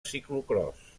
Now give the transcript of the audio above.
ciclocròs